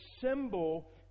symbol